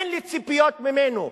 אין לי ציפיות ממנו.